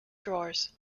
drawers